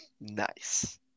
Nice